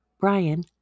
Brian